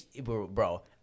bro